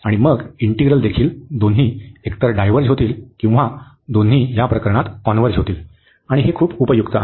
आणि मग इंटिग्रल देखील दोन्ही एकतर डायव्हर्ज होतील किंवा दोन्ही या प्रकरणात कॉन्व्हर्ज होतील आणि हे खूप उपयुक्त आहे